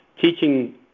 teaching